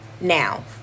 Now